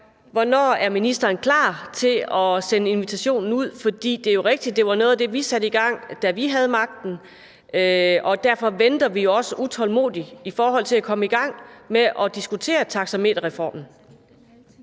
Hvornår er ministeren klar til at sende invitationen ud? Det er jo rigtigt, at det var noget af det, vi satte i gang, da vi havde magten, og derfor venter vi også utålmodigt på at komme i gang med at diskutere taxameterreformen.